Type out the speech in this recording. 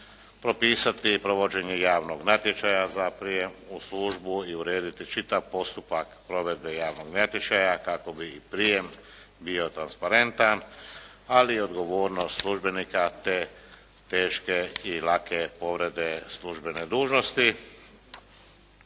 propisati provođenje javnog natječaja za prijemu službu i urediti čitav postupak provedbe javnog natječaja kako bi i prijem bio transparentan ali i odgovornost službenika te teške i lake povrede službene dužnosti.